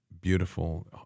beautiful